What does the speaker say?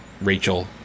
Rachel